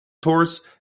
tours